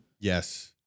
Yes